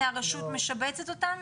הרשות משבצת אותם?